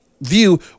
view